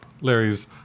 Larry's